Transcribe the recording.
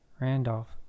randolph